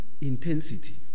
intensity